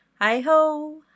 Hi-ho